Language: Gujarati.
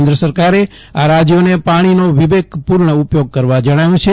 કેન્દ્ર સરકારે આ રાજ્યોને પાણીનો વિવેકપૂર્ણ ઉપયોગ કરવા જણાવ્યું છે